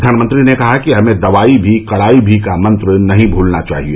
प्रधानमंत्री ने कहा कि हमें दवाई भी कड़ाई भी का मंत्र नहीं भूलना चाहिए